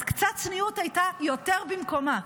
אז קצת צניעות הייתה יותר במקומה.